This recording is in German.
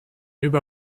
über